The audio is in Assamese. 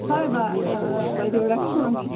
হয় বা বাইদেউ ৰাখো আমি